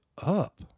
up